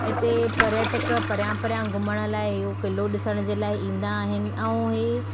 हिते पर्यटक परियां परियां घुमण लाइ इहो क़िलो ॾिसण जे लाइ ईंदा आहिनि ऐं इहे